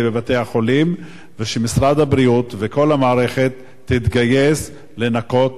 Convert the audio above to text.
בבתי-החולים ושמשרד הבריאות וכל המערכת יתגייסו לנקות